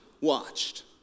watched